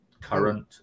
current